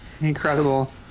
incredible